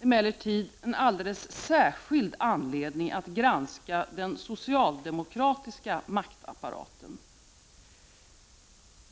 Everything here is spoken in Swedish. emellertid en alldeles särskild anledning att granska den 3 socialdemokratiska maktapparaten.